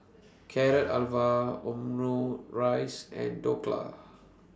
Carrot Halwa Omurice and Dhokla